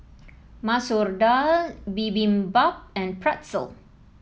Masoor Dal Bibimbap and Pretzel